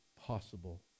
possible